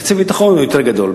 תקציב הביטחון הוא יותר גדול.